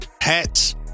hats